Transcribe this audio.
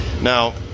Now